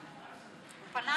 הוא פנה אליי.